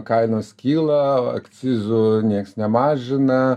kainos kyla akcizų nieks nemažina